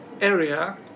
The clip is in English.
area